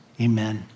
amen